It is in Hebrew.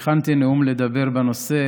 לדבר בנושא